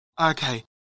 Okay